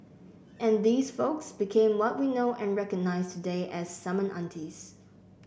and these folks became what we know and recognise today as summon aunties